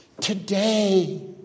Today